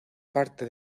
parte